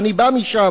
אני בא משם,